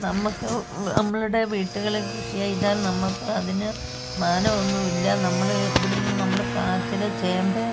നമ്മൾക്ക് നമ്മളുടെ വീടുകളിൽ കൃഷി ചെയ്താൽ നമ്മൾക്ക് അതിന് മാനം ഒന്നുമില്ല നമ്മൾ ഇവിടെനിന്ന് നമ്മൾ കാച്ചിൽ ചേമ്പ്